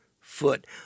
foot